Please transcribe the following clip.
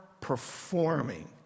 performing